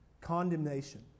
condemnation